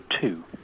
two